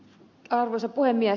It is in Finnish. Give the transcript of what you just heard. arvoisa puhemies